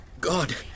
God